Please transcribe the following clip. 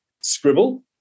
scribble